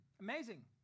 amazing